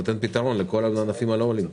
נותן פתרון לכל הענפים הלא אולימפיים.